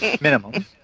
minimum